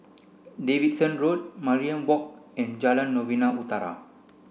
Davidson Road Mariam Walk and Jalan Novena Utara